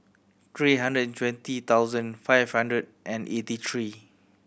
three hundred and twenty thousand five hundred and eighty three